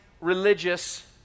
religious